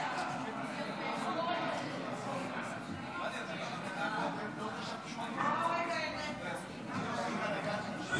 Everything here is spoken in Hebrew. העבודה להביע אי-אמון בממשלה לא נתקבלה.